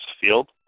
field